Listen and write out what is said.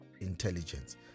intelligence